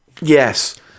Yes